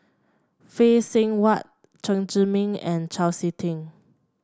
Phay Seng Whatt Chen Zhiming and Chau SiK Ting